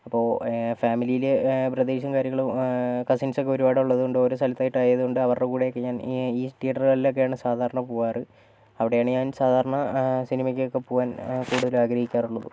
അപ്പോൾ ഫാമിലിയിൽ ബ്രദേഴ്സും കാര്യങ്ങളും കസിൻസ് ഒക്കെ ഒരുപാടുള്ളതുകൊണ്ടും ഓരോ സ്ഥലത്തായിട്ട് ആയതുകൊണ്ട് അവരുടെ കൂടെയൊക്കെ ഞാൻ ഈ തീയേറ്ററുകളിലൊക്കെയാണ് സാധാരണ പോകാറ് അവിടെയാണ് ഞാൻ സാധാരണ സിനിമയ്ക്കൊക്കെ പോകാൻ കൂടുതലും ആഗ്രഹിക്കാറുള്ളതും